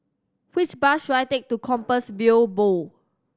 which bus should I take to Compassvale Bow